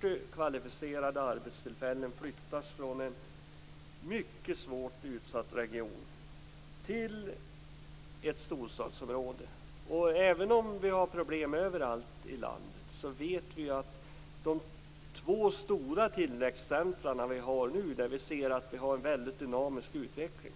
40 kvalificerade arbetstillfällen flyttas från en mycket svårt utsatt region till ett storstadsområde. Även om vi har problem överallt i landet vet vi ju att det finns två stora tillväxtcenter där vi har en väldigt dynamisk utveckling.